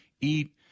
eat